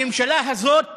הממשלה הזאת